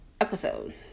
episode